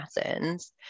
patterns